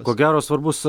ko gero svarbus